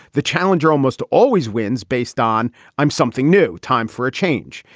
the challenger almost always wins based on i'm something new. time for a change.